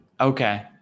Okay